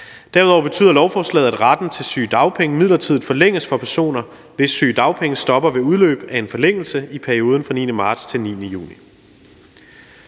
Derudover betyder lovforslaget, at retten til sygedagpenge midlertidigt forlænges for personer, hvis sygedagpenge stopper ved udløb af en forlængelse i perioden fra den 9. marts til den 9. juni.